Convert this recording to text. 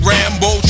Rambo